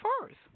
first